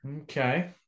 Okay